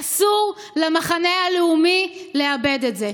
אסור למחנה הלאומי לאבד את זה.